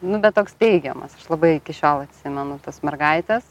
nu bet toks teigiamas aš labai iki šiol atsimenu tos mergaites